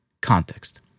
context